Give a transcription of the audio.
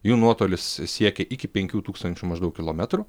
jų nuotolis siekia iki penkių tūkstančių maždaug kilometrų